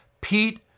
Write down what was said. Pete